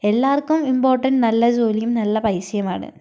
എല്ലാവർക്കും ഇമ്പോർട്ടൻ്റ് നല്ല ജോലിയും നല്ല പൈസയുമാണ്